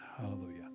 Hallelujah